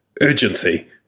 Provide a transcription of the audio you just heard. urgency